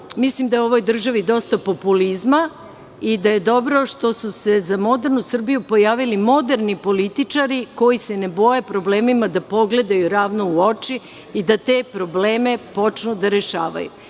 Mislim da je ovoj državi dosta populizma. Dobro je što su se za modernu Srbiju pojavili moderni političari koji se ne boje da problemima pogledaju ravno u oči i da te probleme počnu da rešavaju. Zato